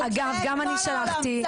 לכל העולם.